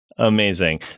Amazing